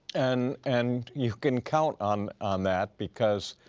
and and you can count on on that because,